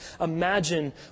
imagine